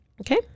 Okay